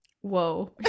Whoa